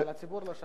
אבל הציבור לא שמע.